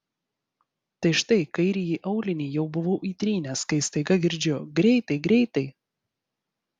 tai štai kairįjį aulinį jau buvau įtrynęs kai staiga girdžiu greitai greitai